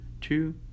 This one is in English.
two